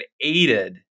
aided